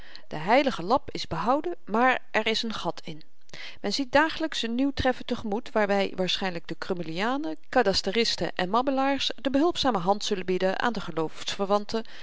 de heilige lap is behouden maar er is n gat in men ziet dagelyks n nieuw treffen te-gemoet waarby waarschynlyk de krummelianen kadasteristen en mabbelaars de behulpzame hand zullen bieden aan de